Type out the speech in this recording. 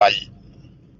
vall